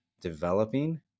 developing